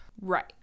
Right